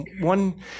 One